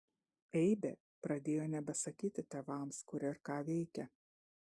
eibė pradėjo nebesakyti tėvams kur ir ką veikia